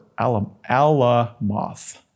Alamoth